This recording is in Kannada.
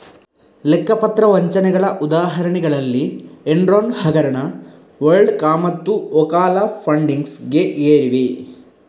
ಲೆಕ್ಕ ಪತ್ರ ವಂಚನೆಗಳ ಉದಾಹರಣೆಗಳಲ್ಲಿ ಎನ್ರಾನ್ ಹಗರಣ, ವರ್ಲ್ಡ್ ಕಾಮ್ಮತ್ತು ಓಕಾಲಾ ಫಂಡಿಂಗ್ಸ್ ಗೇರಿವೆ